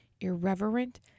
irreverent